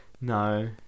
No